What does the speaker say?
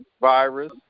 virus